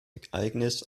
ereignis